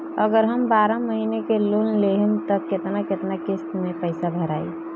अगर हम बारह महिना के लोन लेहेम त केतना केतना किस्त मे पैसा भराई?